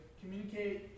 communicate